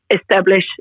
establish